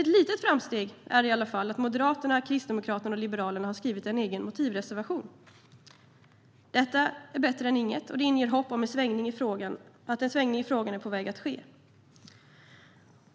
Ett litet framsteg är i alla fall att Moderaterna, Kristdemokraterna och Liberalerna har skrivit en egen motivreservation. Detta är bättre än inget, och det inger hopp om att en svängning i frågan är på väg att ske.